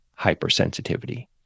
hypersensitivity